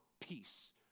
peace